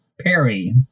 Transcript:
Perry